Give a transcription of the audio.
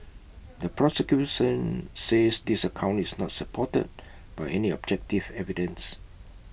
the prosecution says this account is not supported by any objective evidence